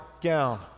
gown